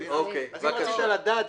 אז אם רצית לדעת